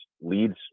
leads